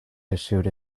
issued